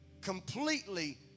completely